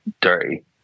dirty